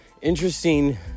interesting